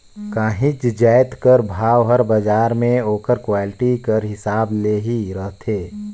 काहींच जाएत कर भाव हर बजार में ओकर क्वालिटी कर हिसाब ले ही रहथे